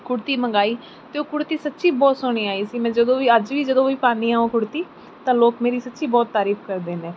ਕੁੜਤੀ ਮੰਗਵਾਈ ਅਤੇ ਉਹ ਕੁੜਤੀ ਸੱਚੀ ਬਹੁਤ ਸੋਹਣੀ ਆਈ ਸੀ ਮੈਂ ਜਦੋਂ ਵੀ ਅੱਜ ਵੀ ਜਦੋਂ ਵੀ ਪਾਉਂਦੀ ਹਾਂ ਉਹ ਕੁੜਤੀ ਤਾਂ ਲੋਕ ਮੇਰੀ ਸੱਚੀ ਬਹੁਤ ਤਾਰੀਫ ਕਰਦੇ ਨੇ